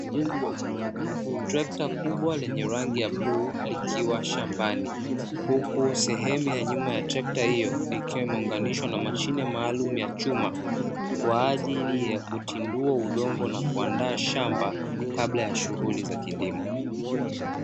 Trekta kubwa lenye rangi ya bluu likiwa shambani huku sehemu ya nyuma ya trekta hilo ikiwa imeunganishwa na mashine maalum ya chuma kwa ajili ya kutindua udongo na kuandaa shamba kabla ya shughuli za kilimo.